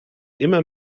immer